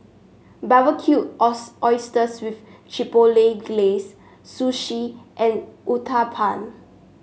Barbecue Oysters with Chipotle Glaze Sushi and Uthapam